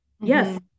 yes